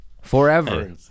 Forever